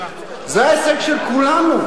של כולנו,